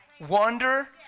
Wonder